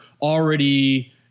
already